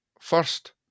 First